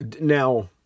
now